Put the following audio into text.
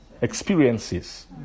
experiences